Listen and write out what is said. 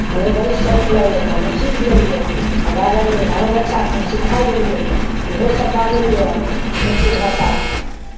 हमरो बड़ी शौख लगलै तऽ हमहूँ सीख लेलियै तऽ बाजलियै बालो बच्चाकेँ हम सिखाए देलियै ओहोसभ बाजैए मैथिल भाषा